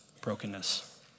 brokenness